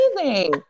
amazing